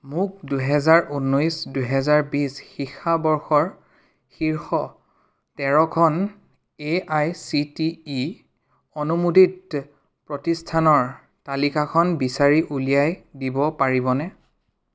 মোক দুহেজাৰ ঊনৈছ দুহেজাৰ বিছ শিক্ষাবৰ্ষৰ শীৰ্ষ তেৰখন A I C T E অনুমোদিত প্ৰতিষ্ঠানৰ তালিকাখন বিচাৰি উলিয়াই দিব পাৰিবনে